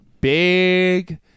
Big